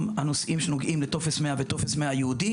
הנושאים שנוגעים לטופס 100 וטופס 100 ייעוד,